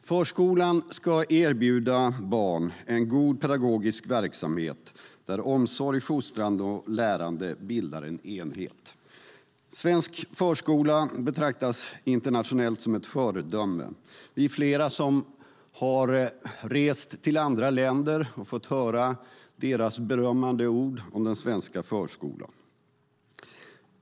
Förskolan ska erbjuda barn en god pedagogisk verksamhet där omsorg, fostrande och lärande bildar en enhet. Svensk förskola betraktas internationellt som ett föredöme. Vi är flera som har rest till andra länder och fått höra deras berömmande ord om den svenska förskolan.